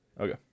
Okay